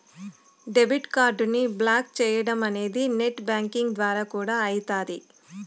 debit కార్డుని block చేయడమనేది net banking ద్వారా కూడా అయితాది